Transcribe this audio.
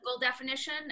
definition